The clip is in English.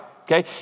Okay